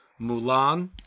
Mulan